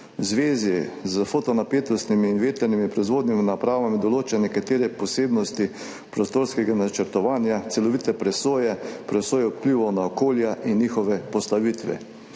V zvezi s fotonapetostnimi in vetrnimi proizvodnimi napravami določa nekatere posebnosti prostorskega načrtovanja, celovite presoje vplivov na okolje in njihove postavitve.